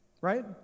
Right